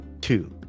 two